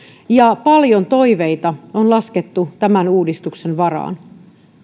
ja paljon toiveita on laskettu tämän uudistuksen varaan